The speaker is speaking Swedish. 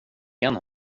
igen